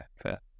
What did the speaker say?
fair